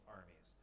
armies